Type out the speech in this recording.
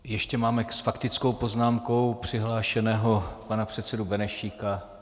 Ještě máme s faktickou poznámkou přihlášeného pana předsedu Benešíka.